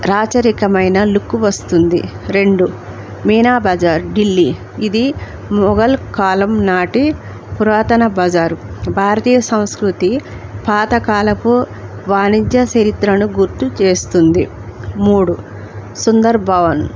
రాచరికమైన look వస్తుంది రెండు మీనా బజార్ ఢిల్లీ ఇది మొఘల్ కాలం నాటి పురాతన బజారు భారతీయ సంస్కృతి పాతకాలపు వాణిజ్య చరిత్రను గుర్తు చేస్తుంది మూడు సుందర్బన్స్